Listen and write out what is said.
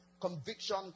conviction